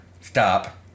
stop